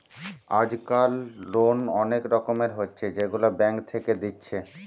আজকাল লোন অনেক রকমের হচ্ছে যেগুলা ব্যাঙ্ক থেকে দিচ্ছে